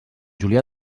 julià